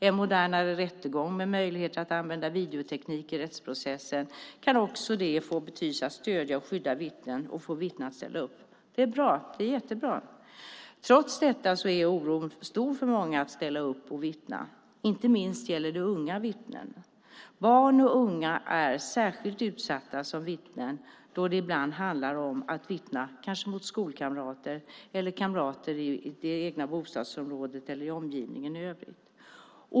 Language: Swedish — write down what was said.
En modernare rättegång med möjligheter att använda videoteknik i rättsprocessen kan också det få betydelse för att stödja och skydda vittnen och få vittnen att ställa upp. Det är jättebra. Trots detta är oron stor för många att ställa upp och vittna. Inte minst gäller det unga vittnen. Barn och unga är särskilt utsatta som vittnen då det ibland handlar om att vittna kanske mot skolkamrater eller kamrater i det egna bostadsområdet eller i omgivningen i övrigt.